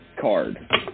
card